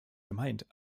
gemeint